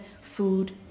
food